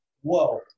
Whoa